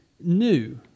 new